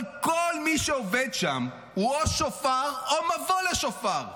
אבל כל מי שעובד שם הוא או שופר או מבוא לשופר.